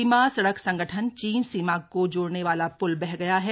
सीमा सड़क संगठन चीन सीमा का जोड़ने वाला प्ल बह गया है